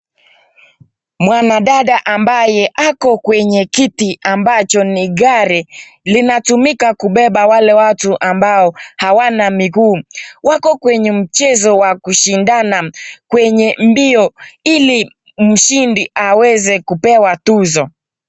Mwanadada ambaye ako kwenye kiti ambacho ni gari, linatumika kubeba wale watu ambao hawana miguu. Wako kwenye mchezo wa kushindana kwenye mbio ili mshindi aweze kupewa tuzo.